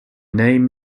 name